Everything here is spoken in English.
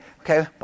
Okay